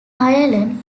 ireland